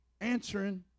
answering